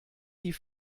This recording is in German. die